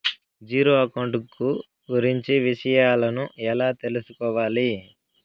Zero account కు గురించి విషయాలను ఎలా తెలుసుకోవాలి?